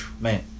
Man